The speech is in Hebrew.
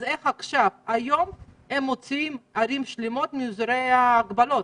אז איך היום הם מוציאים ערים שלמות מאזורי ההגבלות?